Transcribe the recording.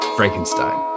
Frankenstein